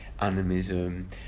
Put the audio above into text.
animism